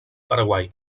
paraguai